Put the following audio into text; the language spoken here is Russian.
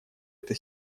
эта